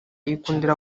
yikundira